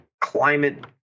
climate